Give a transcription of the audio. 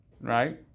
right